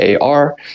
ar